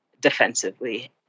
defensively